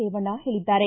ರೇವಣ್ಣ ಹೇಳಿದ್ದಾರೆ